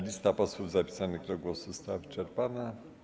Lista posłów zapisanych do głosu została wyczerpana.